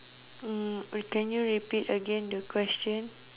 mm can you repeat again the question